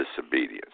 disobedience